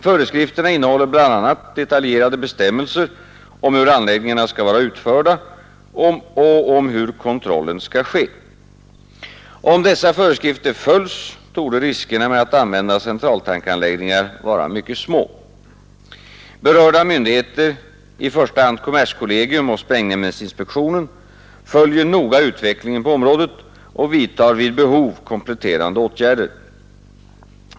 Föreskrifterna innehåller bl.a. detaljerade bestämmelser om hur anläggningarna skall vara utförda och om hur kontrollen skall ske. Om dessa föreskrifter följs, torde riskerna med att använda centraltankanläggningar vara mycket små. Berörda myndigheter, i första hand kommerskollegium och sprängämnesinspektionen, följer noga utvecklingen på området och vidtar vid behov kompletterande åtgärder.